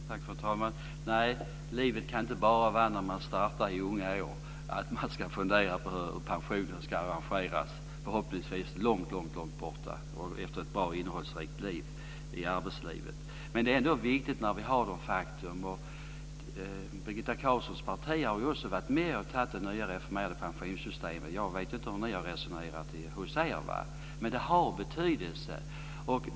Fru talman! Nej, livet kan inte bara vara att man när man börjar arbeta i unga år ska fundera på hur pensionen ska arrangeras, förhoppningsvis långt senare och efter ett bra och innehållsrikt arbetsliv. Birgitta Carlssons parti har också varit med och tagit det nya, reformerade pensionssystemet. Jag vet inte hur de har resonerat i Centerpartiet, men det har betydelse.